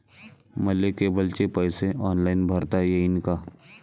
मले केबलचे पैसे ऑनलाईन भरता येईन का?